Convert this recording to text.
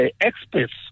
experts